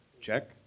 Check